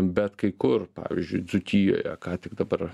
bet kai kur pavyzdžiui dzūkijoje ką tik dabar